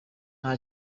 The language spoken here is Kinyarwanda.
nta